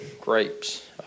grapes